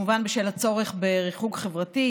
כמובן בשל הצורך בריחוק חברתי,